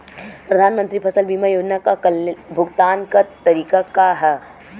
प्रधानमंत्री फसल बीमा योजना क भुगतान क तरीकाका ह?